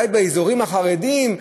בוודאי באזורים החרדיים,